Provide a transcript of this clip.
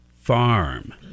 Farm